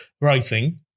writing